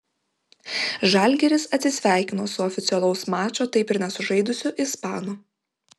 žalgiris atsisveikino su oficialaus mačo taip ir nesužaidusiu ispanu